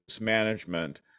management